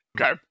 Okay